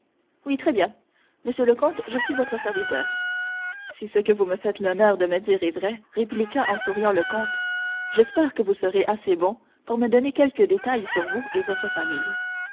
oui très bien monsieur le comte je suis votre serviteur si ce que vous me faites l'honneur de me dire est vrai répliqua en souriant le comte j'espère que vous serez assez bon pour me donner quelques détails sur vous et votre famille